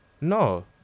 No